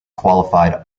qualified